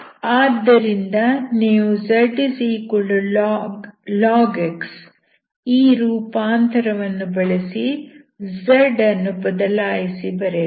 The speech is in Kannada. ಆದ್ದರಿಂದ ನೀವು zlog x ಈ ರೂಪಾಂತರವನ್ನು ಬಳಸಿ z ಅನ್ನು ಬದಲಾಯಿಸಿ ಬರೆಯಿರಿ